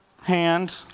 hand